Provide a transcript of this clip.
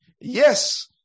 Yes